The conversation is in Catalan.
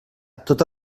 tota